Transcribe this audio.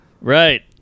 Right